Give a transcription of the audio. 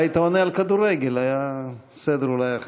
אילו היית עונה על כדורגל אולי היה סדר אחר.